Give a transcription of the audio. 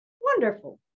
Wonderful